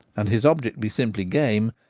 and his object be simply game,